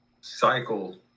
cycle